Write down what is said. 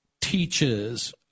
teaches